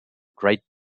great